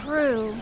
True